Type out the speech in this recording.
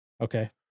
Okay